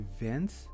events